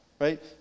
right